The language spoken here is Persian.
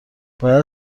باید